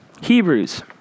Hebrews